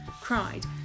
cried